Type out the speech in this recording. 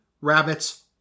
rabbits